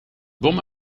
bom